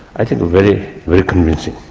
i think very convincing,